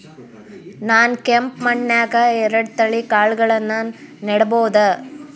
ನಾನ್ ಕೆಂಪ್ ಮಣ್ಣನ್ಯಾಗ್ ಎರಡ್ ತಳಿ ಕಾಳ್ಗಳನ್ನು ನೆಡಬೋದ?